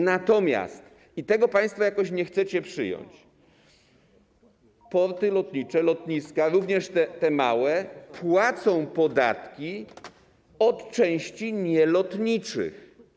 Natomiast, i tego państwo jakoś nie chcecie przyjąć, porty lotnicze, lotniska, również te małe, płacą podatki od części nielotniczych.